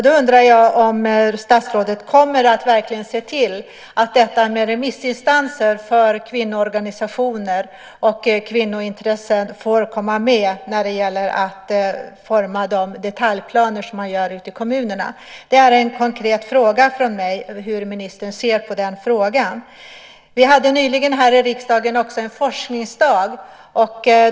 Då undrar jag om statsrådet verkligen kommer att se till att remissinstanser som kvinnoorganisationer och kvinnointressen får komma med när det gäller att forma de detaljplaner som görs upp ute i kommunerna. Det är en konkret fråga från mig om hur ministern ser på det. Vi hade nyligen här i riksdagen också en forskningsdag.